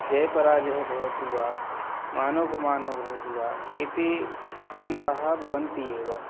जयपराजयः भवतु वा मानापमानो भवतु वा एते द्वन्दाः भवन्ति एव